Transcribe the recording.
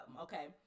okay